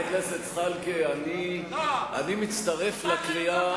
חבר הכנסת זחאלקה, אני מצטרף לקריאה,